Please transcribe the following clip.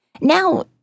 Now